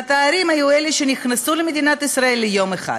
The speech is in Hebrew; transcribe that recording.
והתיירים היו אלה שנכנסו למדינת ישראל ליום אחד.